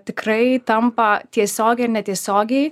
tikrai tampa tiesiogiai ir netiesiogiai